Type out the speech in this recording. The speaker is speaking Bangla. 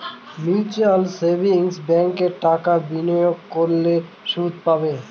মিউচুয়াল সেভিংস ব্যাঙ্কে টাকা বিনিয়োগ করলে সুদ পাবে